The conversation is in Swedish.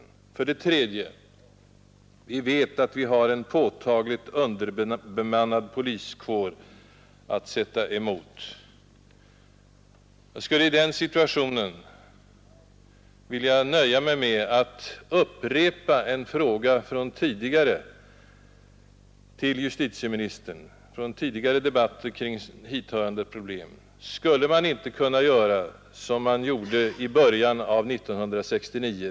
NR För det tredje vet vi att vi har en påtagligt underbemannad poliskår att Lokala polisorganisationen sätta emot. I den situationen nöjer jag mig med att upprepa en fråga jag ställt i tidigare debatter kring hithörande problem: Skulle man inte kunna göra som man gjorde i början av 1969?